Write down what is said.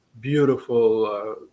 beautiful